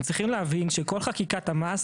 אתם צריכים להבין שכל חקיקת המס,